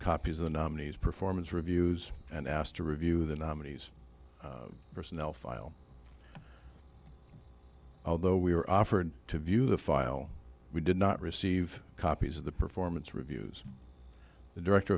copies of the nominees performance reviews and asked to review the nominees personnel file although we were offered to view the file we did not receive copies of the performance